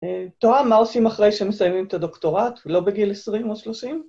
תוהה, מה עושים אחרי שמסיימים את הדוקטורט, לא בגיל 20 או 30?